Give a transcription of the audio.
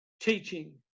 teaching